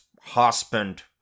husband